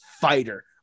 fighter